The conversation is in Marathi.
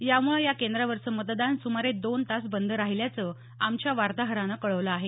या मुळे या केंद्रावरचं मतदान सुमारे दोन तास बंद राहिल्याचं आमच्या वार्ताहरानं कळवलं आहे